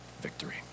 victory